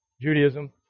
Judaism